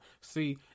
See